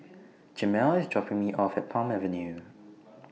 Jamal IS dropping Me off At Palm Avenue